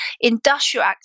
industrial